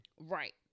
Right